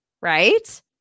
right